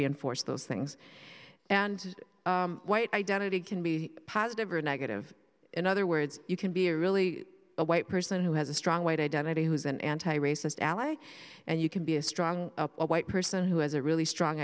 reinforce those things and white identity can be positive or negative in other words you can be a really a white person who has a strong white identity who is an anti racist ally and you can be a strong white person who has a really strong